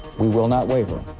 we will not waver,